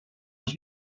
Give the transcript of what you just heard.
els